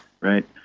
right